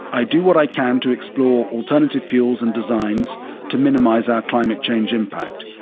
i do what i can to explore alternative fuels and designs to minimise our climate change impact.